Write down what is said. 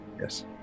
yes